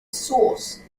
sauce